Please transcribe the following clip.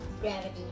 gravity